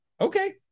Okay